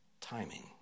timing